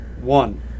One